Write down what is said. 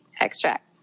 extract